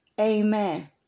Amen